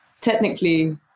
technically